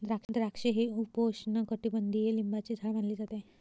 द्राक्षे हे उपोष्णकटिबंधीय लिंबाचे झाड मानले जाते